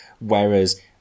whereas